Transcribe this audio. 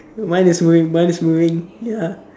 mine is moving mine is moving ya